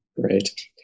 Great